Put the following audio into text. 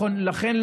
לכן,